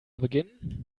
beginnen